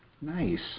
Nice